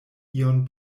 ion